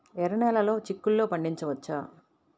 ఎర్ర నెలలో చిక్కుల్లో పండించవచ్చా?